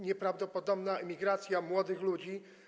Nieprawdopodobna emigracja młodych ludzi.